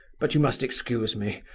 but you must excuse me.